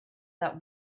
that